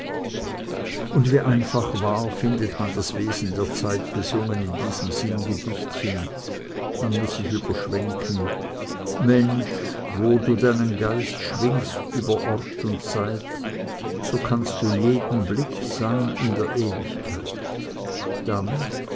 und wie einfach wahr findet man das wesen der zeit besungen in diesem sinngedichtchen man muß sich überschwenken mensch wo du deinen geist schwingst über ort und zeit so kannst du jeden blick sein in der ewigkeit dann